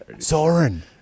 Zoran